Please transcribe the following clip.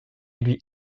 lui